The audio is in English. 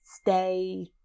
stay